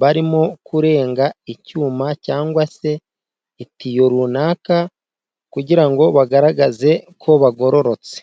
Barimo kurenga icyuma cyangwa se itiyo runaka, kugira ngo bagaragaze ko bagororotse.